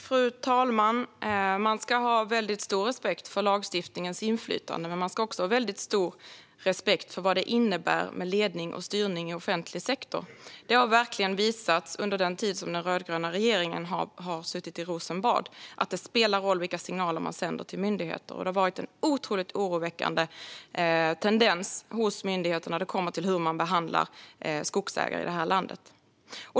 Fru talman! Man ska ha stor respekt för lagstiftningens inflytande, men man ska också ha stor respekt för vad det innebär med ledning och styrning i offentlig sektor. Under den tid som den rödgröna regeringen har suttit i Rosenbad har det verkligen visat sig att det spelar roll vilka signaler man sänder till myndigheter. Det har funnits en otroligt oroväckande tendens hos myndigheterna när det gäller hur skogsägare behandlas i det här landet.